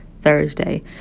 Thursday